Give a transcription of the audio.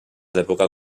d’època